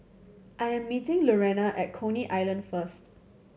I am meeting Lurena at Coney Island first